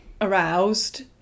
aroused